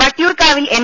വട്ടിയൂർക്കാവിൽ എൻ